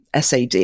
SAD